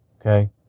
Okay